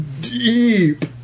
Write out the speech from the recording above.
Deep